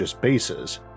bases